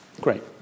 Great